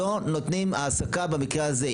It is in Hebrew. לא נותנים העסקה במקרה הזה,